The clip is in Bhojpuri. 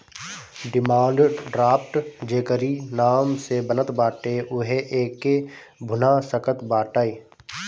डिमांड ड्राफ्ट जेकरी नाम से बनत बाटे उहे एके भुना सकत बाटअ